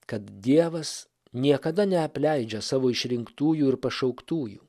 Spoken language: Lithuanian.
kad dievas niekada neapleidžia savo išrinktųjų ir pašauktųjų